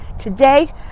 today